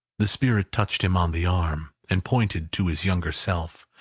the spirit touched him on the arm, and pointed to his younger self,